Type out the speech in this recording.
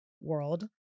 world